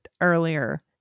earlier